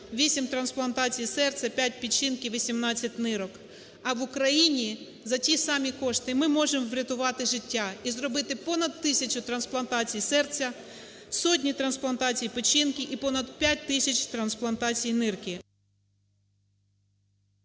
8 трансплантацій серця, 5 – печінки, 18 – нирок. А в Україні за ті самі кошти ми можемо врятувати життя і зробити понад тисячу трансплантацій серця, сотні трансплантацій печінки і понад 5 тисяч трансплантацій нирки.